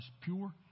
pure